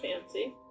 Fancy